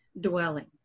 dwelling